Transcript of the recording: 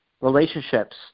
relationships